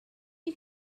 you